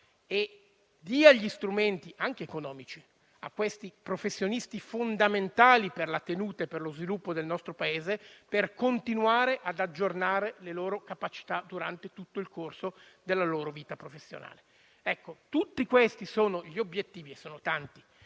e dia gli strumenti anche economici a questi professionisti fondamentali per la tenuta e per lo sviluppo del nostro Paese, per continuare ad aggiornare le loro capacità durante tutto il corso della loro vita professionale. Tutti questi sono gli obiettivi - e sono tanti